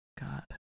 God